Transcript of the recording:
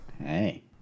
Hey